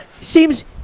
seems